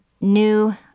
new